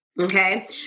okay